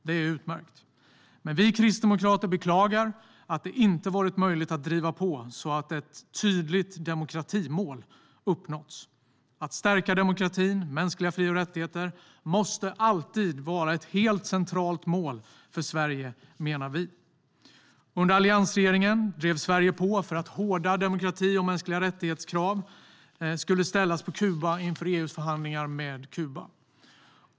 Det är utmärkt, men vi kristdemokrater beklagar att det inte har varit möjligt att driva på så att ett tydligt demokratimål uppnåtts. Att stärka demokratin och mänskliga fri och rättigheter måste alltid vara ett helt centralt mål för Sverige, menar vi. Under alliansregeringen drev Sverige på för att hårda krav gällande demokrati och mänskliga rättigheter skulle ställas på Kuba inför EU:s förhandlingar med landet.